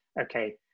okay